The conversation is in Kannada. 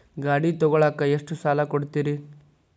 ಗಾಡಿ ತಗೋಳಾಕ್ ಎಷ್ಟ ಸಾಲ ಕೊಡ್ತೇರಿ?